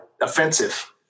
offensive